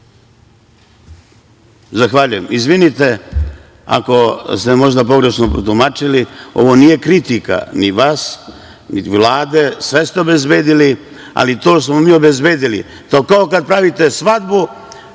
Zahvaljujem. Izvinite ako ste me možda pogrešno protumačili. Ovo nije kritika ni vas, ni Vlade. Sve ste obezbedili, ali to smo mi obezbedili. To je kao kada pravite svadbu